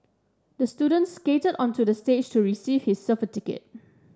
the student skated onto the stage to receive his certificate